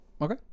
Okay